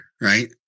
Right